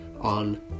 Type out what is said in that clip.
on